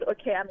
okay